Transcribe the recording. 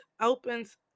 opens